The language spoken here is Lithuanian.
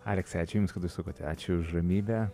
aleksai ačiū jums kad užsukote ačiū už ramybę